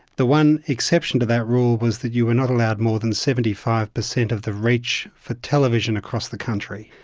the one exception to that rule was that you were not allowed more than seventy five percent of the reach for television across the country.